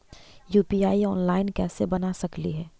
UPI online कैसे बना सकली हे?